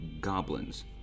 goblins